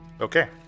Okay